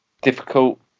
difficult